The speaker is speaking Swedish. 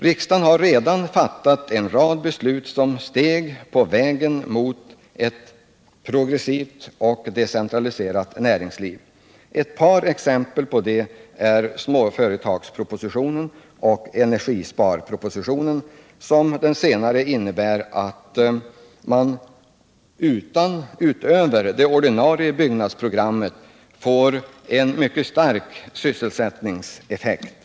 Riksdagen har redan fattat en rad beslut som utgör steg på vägen mot ett progressivt och decentraliserat näringsliv. Ett par exempel på det är småföretagspropositionen och energisparpropositionen. Den senare innebär att man får en mycket stark sysselsättningseffekt utöver det ordinarie byggnadsprogrammet.